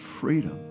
freedom